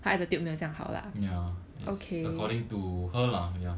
ya according to her lah ya